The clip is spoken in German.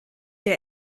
der